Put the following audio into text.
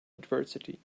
adversity